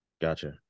Gotcha